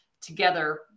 together